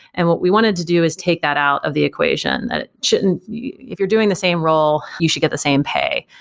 and what we wanted to do is take that out of the equation that it shouldn't if you're doing the same role, you should get the same pay,